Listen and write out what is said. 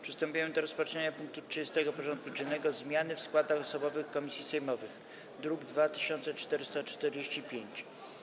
Przystępujemy do rozpatrzenia punktu 30. porządku dziennego: Zmiany w składach osobowych komisji sejmowych (druk nr 2445)